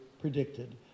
predicted